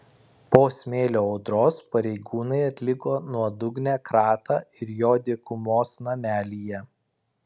po smėlio audros pareigūnai atliko nuodugnią kratą ir jo dykumos namelyje